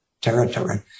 territory